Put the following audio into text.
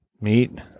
Meet